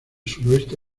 suroeste